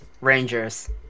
rangers